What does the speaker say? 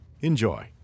Enjoy